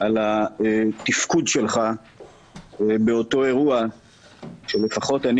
על התפקוד שלך באותו אירוע שלפחות אני